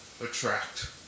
attract